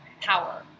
power